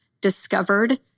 discovered